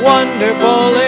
Wonderful